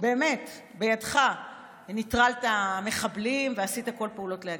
באמת בידך נטרלת מחבלים ועשית כל פעולות להגן.